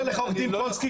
אומר לך עו"ד פולסקי,